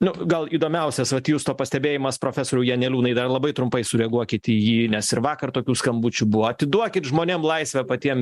nu gal įdomiausias vat justo pastebėjimas profesoriau janeliūnai dar labai trumpai sureaguokit į jį nes ir vakar tokių skambučių buvo atiduokit žmonėm laisvę patiem